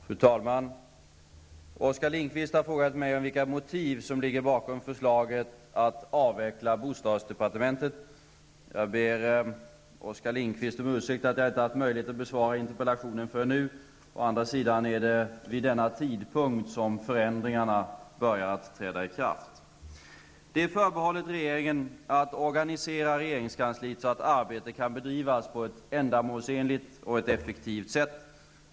Fru talman! Oskar Lindkvist har frågat mig om vilka motiv som ligger bakom förslaget att avveckla bostadsdepartementet. Jag ber Oskar Lindkvist om ursäkt för att jag inte har haft möjlighet att besvara interpellationen förrän nu. Å andra sidan är det vid denna tidpunkt som förändringarna börjar träda i kraft. Det är förbehållet regeringen att organisera regeringskansliet så att arbetet kan bedrivas på ett ändamålsenligt och effektivt sätt.